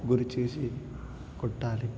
గురి చూసి కొట్టాలి